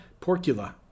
porcula